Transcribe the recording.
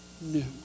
new